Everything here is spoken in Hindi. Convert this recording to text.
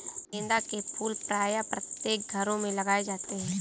गेंदा के फूल प्रायः प्रत्येक घरों में लगाए जाते हैं